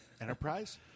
Enterprise